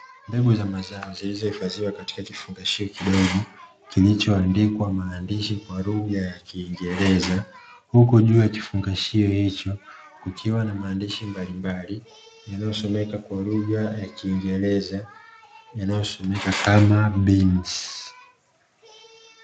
Mbegu za mazao zilizohifadhiwa katika kifungashio kidogo kilichoandikwa maandishi kwa lugha ya kingereza, huku juu ya kifungashio kukiwa na maandishi mbalimbali yanoyosomeka kwa lugha ya kingereza yanayosomeka kama “beens”.